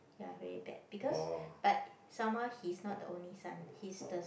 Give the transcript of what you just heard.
ya very bad because but somemore he's not the only son he's the